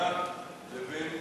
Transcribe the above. המדינה לבין